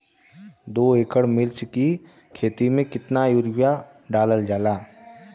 दो एकड़ मिर्च की खेती में कितना यूरिया डालल जाला?